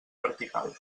vertical